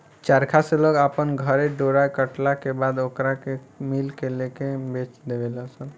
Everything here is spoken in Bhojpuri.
चरखा से लोग अपना घरे डोरा कटला के बाद ओकरा के मिल में लेके बेच देवे लनसन